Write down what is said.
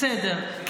בסדר.